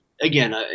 again